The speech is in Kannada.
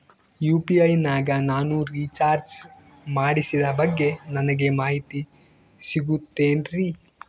ಯು.ಪಿ.ಐ ನಾಗ ನಾನು ರಿಚಾರ್ಜ್ ಮಾಡಿಸಿದ ಬಗ್ಗೆ ನನಗೆ ಮಾಹಿತಿ ಸಿಗುತೇನ್ರೀ?